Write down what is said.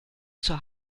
zur